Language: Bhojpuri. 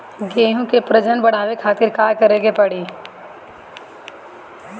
गेहूं के प्रजनन बढ़ावे खातिर का करे के पड़ी?